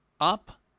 up